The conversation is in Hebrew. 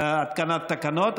התקנת תקנות,